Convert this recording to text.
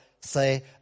say